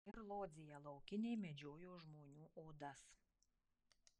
ir lodzėje laukiniai medžiojo žmonių odas